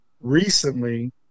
recently